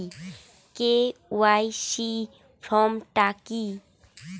KYC form টা কি?